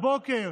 הבוקר,